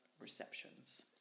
receptions